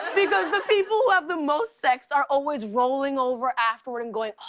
because the people who have the most sex are always rolling over afterward and going, ah,